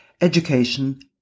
education